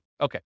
Okay